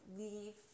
leave